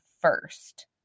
first